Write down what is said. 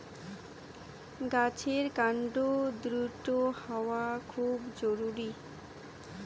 গাছের কান্ড দৃঢ় হওয়া খুব জরুরি